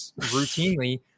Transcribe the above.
routinely